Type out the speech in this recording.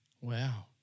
Wow